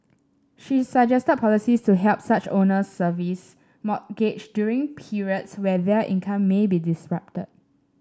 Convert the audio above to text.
she suggested policies to help such owners service mortgage during periods where their income may be disrupted